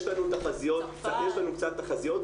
יש לנו קצת תחזיות,